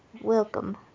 welcome